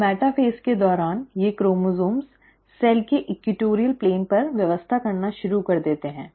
अब मेटाफ़ेज़ के दौरान ये क्रोमोसोम्स कोशिका के भूमध्यरेखीय प्लेन पर व्यवस्था करना शुरू करते हैं